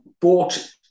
bought